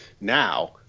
now